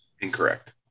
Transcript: Incorrect